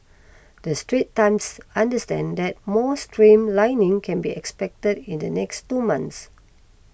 the Straits Times understands that more streamlining can be expected in the next two months